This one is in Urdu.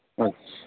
اچھا